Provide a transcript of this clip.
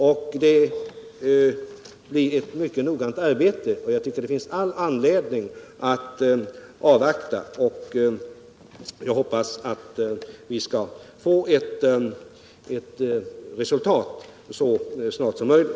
Det finns därför all anledning att avvakta resultatet av kommitténs mycket noggranna arbete, vilket sedan skall bilda underlag för de vidare åtgärder som skall vidtas så fort det är möjligt.